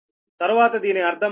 తరువాత దీని అర్థం మనం చూద్దాం